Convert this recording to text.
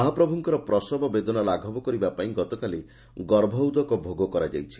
ମହାପ୍ରଭୁଙ୍କର ପ୍ରସବ ବେଦନା ଲାଘବ କରିବା ପାଇଁ ଗତକାଲି ଗଭଭଦକ ଭୋଗ କରାଯାଇଛି